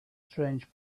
strange